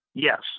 Yes